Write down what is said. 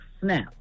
snap